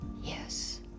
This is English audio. yes